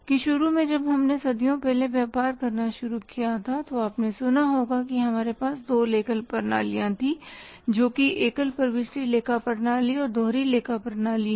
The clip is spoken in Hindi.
कि शुरू में जब हमने सदियों पहले व्यापार करना शुरू किया था तो आपने सुना होगा कि हमारे पास दो लेखा प्रणालियाँ थी जो कि एकल प्रविष्टि लेखा प्रणाली और दोहरी लेखा प्रणाली है